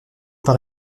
par